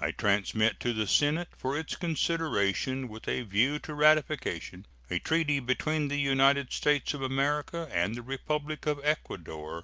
i transmit to the senate, for its consideration with a view to ratification, a treaty between the united states of america and the republic of ecuador,